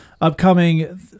Upcoming